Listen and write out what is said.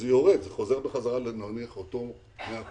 אז זה יורד ויש פה דבשת.